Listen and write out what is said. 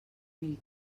mil